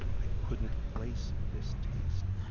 i couldn't place this taste.